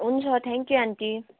हुन्छ thank you aunty